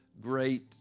great